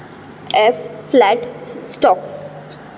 F flat stops